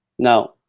now,